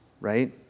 right